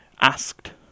asked